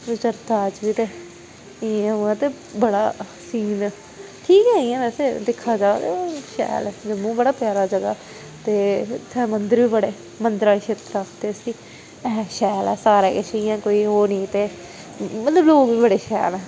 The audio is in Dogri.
नेचर ताजगी ते एह् ओह् ते बड़ा सीन ठीक ऐ इ'यां बैसे दिक्खा जा ते शैल जम्मू बड़ा प्यारा जगह् ते इ'त्थें मंदर बी बडे़ मंदरा क्षेत्र आखदे इसी ऐ शैल ऐ सारा किश इ'यां कोई ओह् निं ते इ'त्थें मतलब लोग बी बडे़ शैल न